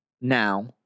now